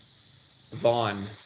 Vaughn